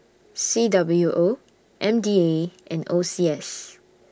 C W O M D A and O C S